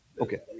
Okay